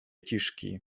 kiszki